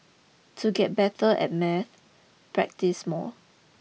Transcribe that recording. to get better at math practise more